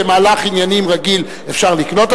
במהלך עניינים רגיל אפשר לקנות,